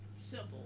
simple